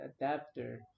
adapter